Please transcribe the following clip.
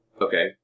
Okay